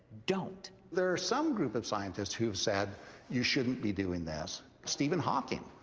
don't. there are some group of scientists who have said you shouldn't be doing this. stephen hawking.